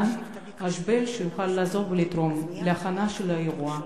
דן אשבל, שיוכל לעזור ולתרום להכנה של האירוע.